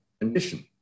condition